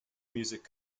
music